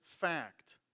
fact